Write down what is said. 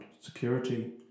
security